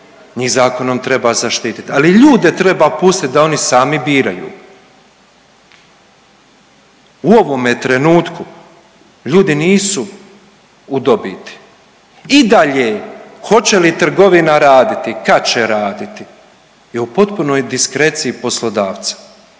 njih zakonom treba zaštitit, ali ljude treba pustit da oni sami biraju. U ovome trenutku ljudi nisu u dobiti i dalje hoće li trgovina raditi i kad će raditi je u potpunoj diskreciji poslodavca.